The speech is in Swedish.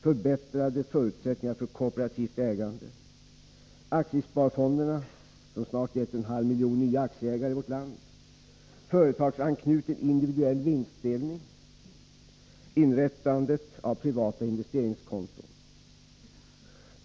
— Förbättrade förutsättningar för kooperativt ägande. — Aktiesparfonderna som snart gett en halv miljon nya aktieägare. — Företagsanknuten individuell vinstdelning. —- Inrättande av privata investeringskonton.